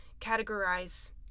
categorize